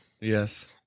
Yes